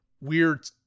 weird